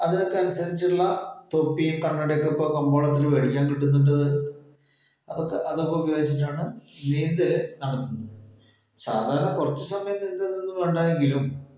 അതിനൊക്കെ അനുസരിച്ചുള്ള തൊപ്പി കണ്ണടയൊക്കെ ഇപ്പോൾ കമ്പോളത്തിൽ മേടിക്കാൻ കിട്ടുന്നുണ്ട് അത് അതൊക്കെ ഉപയോഗിച്ചിട്ടാണ് നീന്തൽ നടത്തുന്നത് സാധാരണ കുറച്ച് സമയം നീന്തുന്നുണ്ടെങ്കിലും